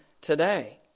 today